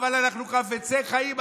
אבל אנחנו חפצי חיים,